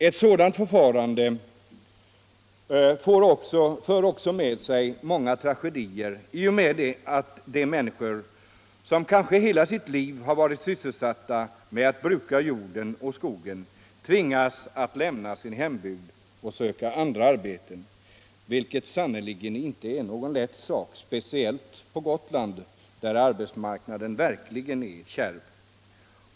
Ett sådant förfarande för med sig många tragedier. Det innebär att 19 människor som kanske i hela sitt liv varit sysselsatta med att bruka jorden och skogen tvingas lämna sin hembygd och söka andra arbeten, vilket sannerligen inte är någon lätt sak, speciellt inte på Gotland, där arbetsmarknaden verkligen är kärv.